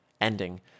ending